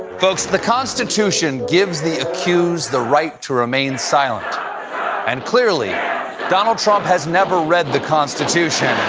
folks the constitution gives the accused the right to remain silent and clearly donald trump has never read the constitution